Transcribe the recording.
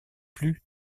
plus